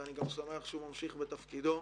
ואני גם שמח שהוא ממשיך בתפקידו,